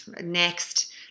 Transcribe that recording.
next